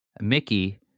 Mickey